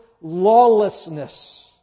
lawlessness